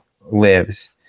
lives